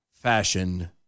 fashion